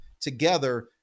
together